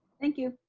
thank you,